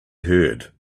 heard